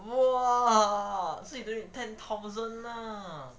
!wah! so you donate ten thousand lah